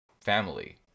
family